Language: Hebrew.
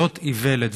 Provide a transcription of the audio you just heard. זאת איוולת.